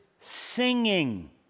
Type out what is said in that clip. singing